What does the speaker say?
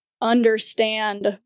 understand